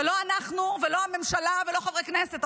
ולא אנחנו ולא הממשלה ולא חברי כנסת.